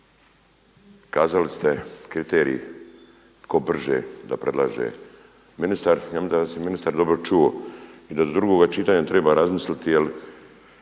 kazali ste kriterij tko brže da predlaže ministar. Ja mislim da vas je ministar dobro čuo i da do drugoga čitanja treba razmisliti